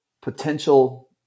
potential